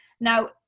now